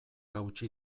hautsi